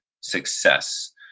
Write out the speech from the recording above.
success